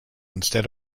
instead